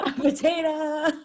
potato